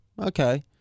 Okay